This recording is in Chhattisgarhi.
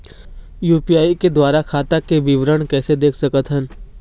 यू.पी.आई के द्वारा खाता के विवरण कैसे देख सकत हन?